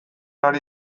ari